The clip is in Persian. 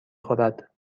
خورد